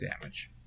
damage